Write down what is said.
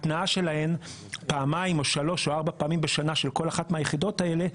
התנעה שלהן פעמיים שלוש או ארבע פעמים בשנה של כל אחת מהיחידות האלה,